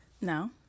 no